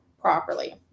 properly